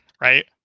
right